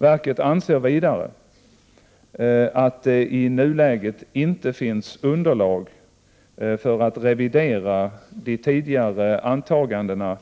Verket anser vidare att det i nuläget inte finns underlag för att revidera de tidigare antagandena